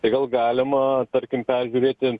tai gal galima tarkim peržiūrėti